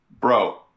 Bro